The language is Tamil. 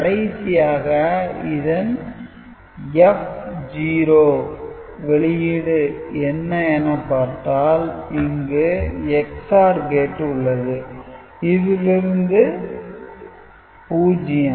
கடைசியாக இதன் F0 வெளியீடு என்ன என பார்த்தால் இங்கு XOR கேட்டு உள்ளது இதிலிருந்து 0